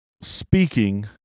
Speaking